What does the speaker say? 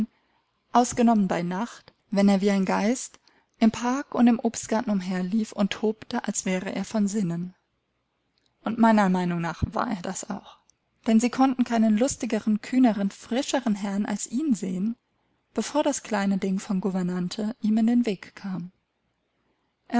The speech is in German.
ausgenommen bei nacht wenn er wie ein geist im park und im obstgarten umherlief und tobte als wäre er von sinnen und meiner meinung nach war er das auch denn sie konnten keinen lustigeren kühneren frischeren herrn als ihn sehen bevor das kleine ding von gouvernante ihm in den weg kam